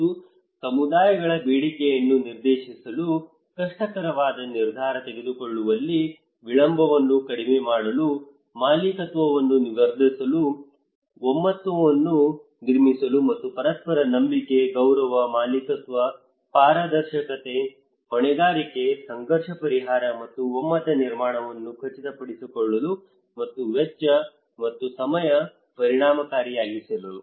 ಮತ್ತು ಸಮುದಾಯಗಳ ಬೇಡಿಕೆಯನ್ನು ನಿರ್ದೇಶಿಸಲು ಕಷ್ಟಕರವಾದ ನಿರ್ಧಾರ ತೆಗೆದುಕೊಳ್ಳುವಲ್ಲಿ ವಿಳಂಬವನ್ನು ಕಡಿಮೆ ಮಾಡಲು ಮಾಲೀಕತ್ವವನ್ನು ವರ್ಧಿಸಲು ಒಮ್ಮತವನ್ನು ನಿರ್ಮಿಸಲು ಮತ್ತು ಪರಸ್ಪರ ನಂಬಿಕೆ ಗೌರವ ಮಾಲೀಕತ್ವ ಪಾರದರ್ಶಕತೆ ಹೊಣೆಗಾರಿಕೆ ಸಂಘರ್ಷ ಪರಿಹಾರ ಮತ್ತು ಒಮ್ಮತ ನಿರ್ಮಾಣವನ್ನು ಖಚಿತಪಡಿಸಿಕೊಳ್ಳಲು ಮತ್ತು ವೆಚ್ಚ ಮತ್ತು ಸಮಯ ಪರಿಣಾಮಕಾರಿಯಾಗಿಸಲು